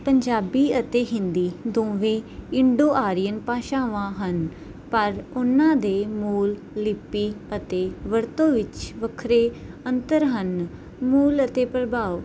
ਪੰਜਾਬੀ ਅਤੇ ਹਿੰਦੀ ਦੋਵੇਂ Indo Aryan ਭਾਸ਼ਾਵਾਂ ਹਨ ਪਰ ਉਹਨਾਂ ਦੇ ਮੂਲ ਲਿਪੀ ਅਤੇ ਵਰਤੋਂ ਵਿੱਚ ਵੱਖਰੇ ਅੰਤਰ ਹਨ ਮੂਲ ਅਤੇ ਪ੍ਰਭਾਵ